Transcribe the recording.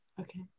Okay